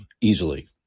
easily